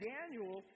Daniel